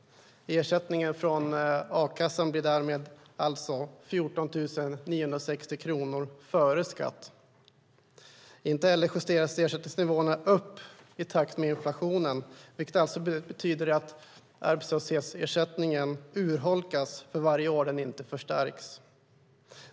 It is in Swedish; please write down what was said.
Ersättningen från a-kassan blir då 14 960 kronor - före skatt. Inte heller justeras ersättningsnivåerna upp i takt med inflationen, vilket betyder att arbetslöshetsersättningen urholkas för varje år den inte förstärks.